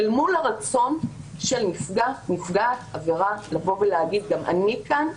אל מול הרצון של נפגע או נפגעת עבירה להגיד: גם אני כאן,